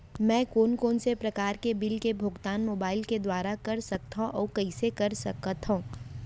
मैं कोन कोन से प्रकार के बिल के भुगतान मोबाईल के दुवारा कर सकथव अऊ कइसे कर सकथव?